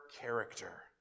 character